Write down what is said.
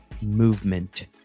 movement